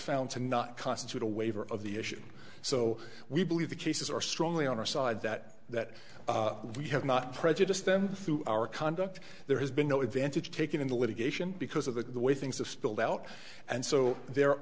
found to not constitute a waiver of the issue so we believe the cases are strongly on our side that that we have not prejudiced them through our conduct there has been no advantage taken in the litigation because of the way things have spilled out and so the